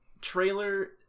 trailer